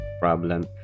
problem